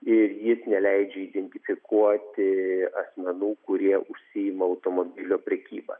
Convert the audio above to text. ir jis neleidžia identifikuoti asmenų kurie užsiima automobilių prekyba